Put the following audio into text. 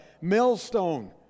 millstone